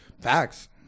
Facts